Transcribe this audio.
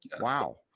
Wow